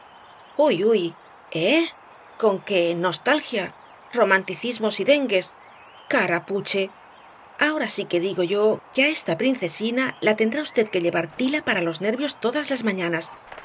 uy eh con que nostalgia romanticismos y dengues carapuche ahora sí que digo yo que á esta princesina la tendrá v que llevar tila para los nervios todas las mañanas